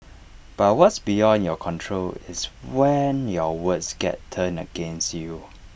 but what's beyond your control is when your words get turned against you